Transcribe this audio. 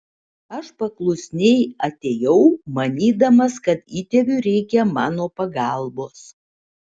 aš paklusniai atėjau manydamas kad įtėviui reikia mano pagalbos